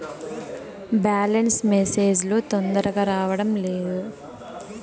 Balance message లు తొందరగా రావడం లేదు?